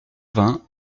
vingt